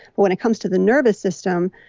when it comes to the nervous system,